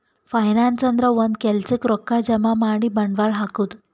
finance ಅಂದ್ರ ಒಂದ್ ಕೆಲ್ಸಕ್ಕ್ ರೊಕ್ಕಾ ಜಮಾ ಮಾಡಿ ಬಂಡವಾಳ್ ಹಾಕದು